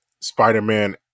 Spider-Man